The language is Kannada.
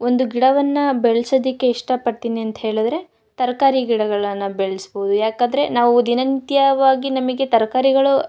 ಒಂದು ಗಿಡವನ್ನು ಬೆಳ್ಸೋದಕ್ಕೆ ಇಷ್ಟಪಡ್ತೀನಿ ಅಂತ ಹೇಳಿದ್ರೆ ತರಕಾರಿ ಗಿಡಗಳನ್ನು ಬೆಳೆಸ್ಬೋದು ಯಾಕಂದರೆ ನಾವು ದಿನನಿತ್ಯವಾಗಿ ನಮಗೆ ತರಕಾರಿಗಳು